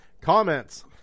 comments